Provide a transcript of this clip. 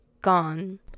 gone